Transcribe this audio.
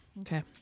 Okay